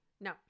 No